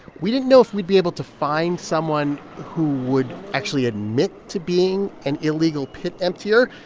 we didn't know if we'd be able to find someone who would actually admit to being an illegal pit-emptier,